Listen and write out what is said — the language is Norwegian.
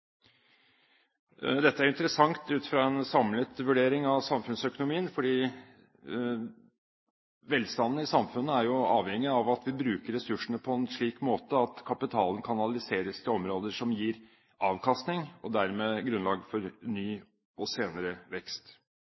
Dette er interessant ut fra en samlet vurdering av samfunnsøkonomien, fordi velstanden i samfunnet er jo avhengig av at vi bruker ressursene på en slik måte at kapitalen kanaliseres til områder som gir avkastning og dermed grunnlag for ny og senere vekst.